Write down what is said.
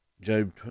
Job